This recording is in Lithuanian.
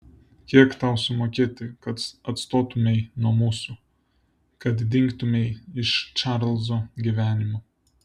kiek tau sumokėti kad atstotumei nuo mūsų kad dingtumei iš čarlzo gyvenimo